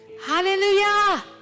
Hallelujah